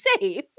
safe